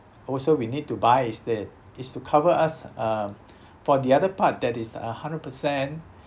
also we need to buy is the is to cover us um for the other part that is uh hundred per cent